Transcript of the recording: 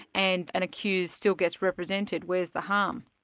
and an accused still gets represented where's the harm?